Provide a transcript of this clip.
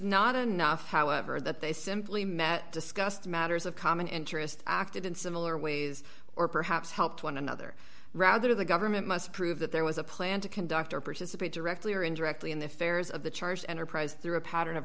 not enough however that they simply met discussed matters of common interest acted in similar ways or perhaps helped one another rather the government must prove that there was a plan to conduct or participate directly or indirectly in the affairs of the church enterprise through a pattern of